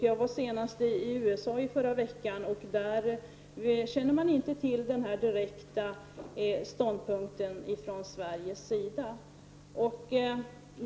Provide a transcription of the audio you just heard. Jag var i USA förra veckan, och där kände man inte till denna direkta ståndpunkt från Sveriges sida.